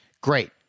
Great